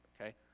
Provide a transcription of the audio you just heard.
Okay